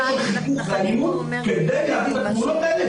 שם חיכוך ואלימות כדי להביא את התמונות האלה,